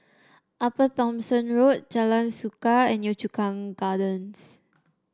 Upper Thomson Road Jalan Suka and Yio Chu Kang Gardens